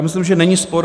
Myslím, že není spor.